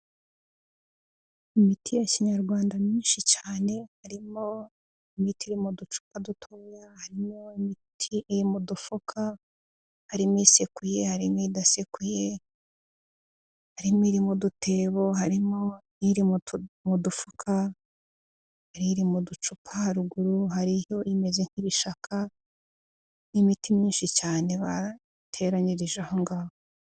Imiti ya kinyarwanda myinshi cyane harimo imiti iri mu ducupa dutoya, harimo imiti iri mu dufuka, harimo isekuye harimo idasekuye, harimo iri mu dutebo harimo irimo mu dufuka, iri iri mu ducupa, haruguru hariyo imeze nk'ishaka ni imiti myinshi cyane bateranyirije ahongaho.